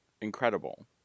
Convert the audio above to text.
incredible